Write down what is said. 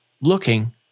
looking